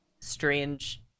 strange